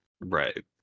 Right